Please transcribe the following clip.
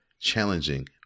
challenging